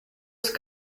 ist